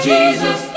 Jesus